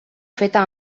feta